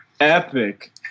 epic